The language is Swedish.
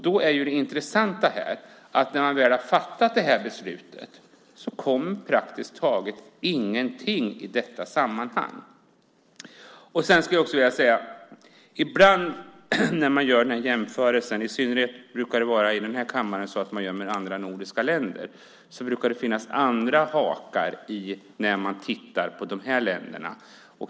Det intressanta är då att när man väl har fattat det här beslutet så kommer praktiskt taget ingenting i detta sammanhang. Jag skulle också vilja ta upp en annan sak. Ibland gör man jämförelser, och i synnerhet i den här kammaren brukar man göra jämförelserna med andra nordiska länder. Då brukar det finnas andra hakar när man tittar på länderna.